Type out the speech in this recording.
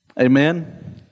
Amen